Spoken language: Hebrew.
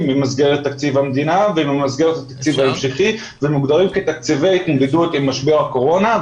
ממסגרת תקציב המדינה המשכי ומוגדרים כתקציבי התמודדות עם משבר הקורונה.